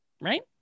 Right